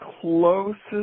closest